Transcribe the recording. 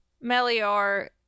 melior